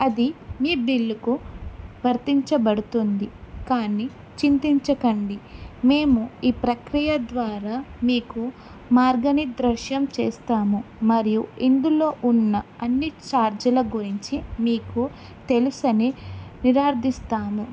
అది మీ బిల్లుకు వర్తించబడుతుంది కానీ చింతించకండి మేము ఈ ప్రక్రియ ద్వారా మీకు మార్గనిర్దేశం చేస్తాము మరియు ఇందులో ఉన్న అన్ని ఛార్జీల గురించి మీకు తెలుసని నిర్ధారిస్తాము